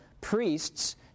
priests